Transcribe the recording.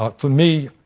ah for me,